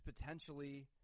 potentially